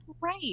right